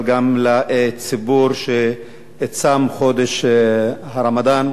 אבל גם לציבור שצם בחודש הרמדאן,